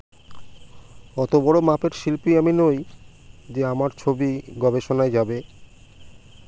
অতো বড়ো মাপের শিল্পী আমি নই যে আমার ছবি গবেষণায় যাবে